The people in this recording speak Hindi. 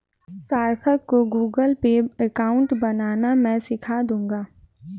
सार्थक को गूगलपे अकाउंट बनाना मैं सीखा दूंगा